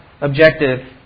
objective